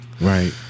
Right